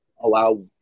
allow